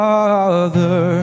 Father